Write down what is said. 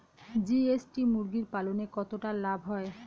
GST মুরগি পালনে কতটা লাভ হয়?